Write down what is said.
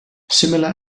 similar